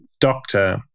doctor